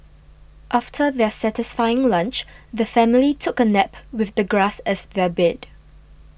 after their satisfying lunch the family took a nap with the grass as their bed